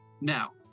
now